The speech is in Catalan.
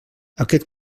aquest